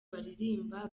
baririmba